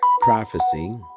prophecy